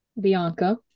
Bianca